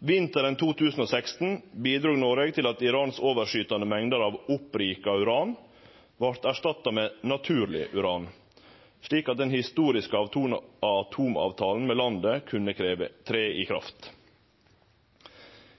Vinteren 2016 bidrog Noreg til at Irans overskytande mengder av opprika uran vart erstatta med naturleg uran, slik at den historiske atomavtalen med landet kunne tre i kraft.